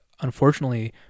unfortunately